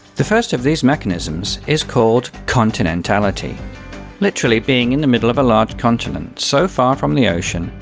the first of these mechanisms is called continentality literally being in the middle of a large continent, so far from the ocean,